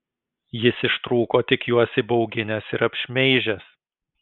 jis ištrūko tik juos įbauginęs ir apšmeižęs